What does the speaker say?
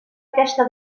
aquesta